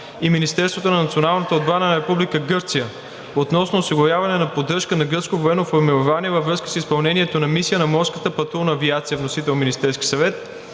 Гърция относно осигуряване на поддръжка на гръцко военно формирование във връзка с изпълнението на мисия на Морската патрулна авиация“.